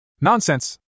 Nonsense